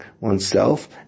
oneself